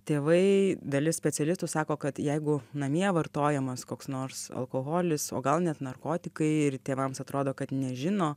tėvai dalis specialistų sako kad jeigu namie vartojamas koks nors alkoholis o gal net narkotikai ir tėvams atrodo kad nežino